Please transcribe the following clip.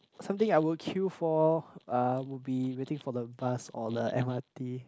something I would queue for uh would be waiting for the bus or the m_r_t